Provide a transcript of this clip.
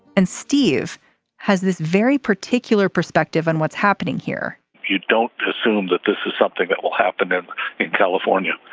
and steve has this very particular perspective on what's happening here you don't assume that this is something that will happen in california.